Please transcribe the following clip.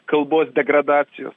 kalbos degradacijos